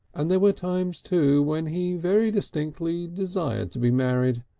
and there were times too when he very distinctly desired to be married,